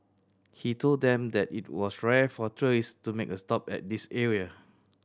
he told them that it was rare for tourist to make a stop at this area